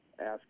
ask